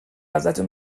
ازتون